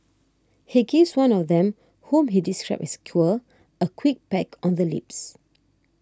he gives one of them whom he describes as queer a quick peck on the lips